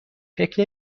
فکر